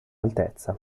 altezza